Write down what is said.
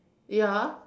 ya